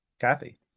Kathy